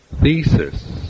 thesis